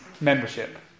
membership